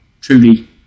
truly